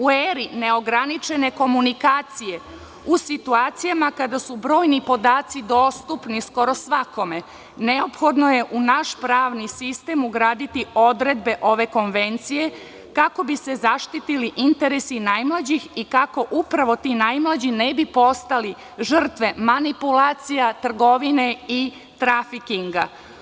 U eri neograničene komunikacije, u situacijama kada su brojni podaci dostupni skoro svakome, neophodno je u naš pravni sistem ugraditi odredbe ove konvencije kako bi se zaštitili interesi najmlađih i kako upravo ti najmlađi ne bi postali žrtve manipulacija, trgovine i trafikinga.